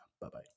Bye-bye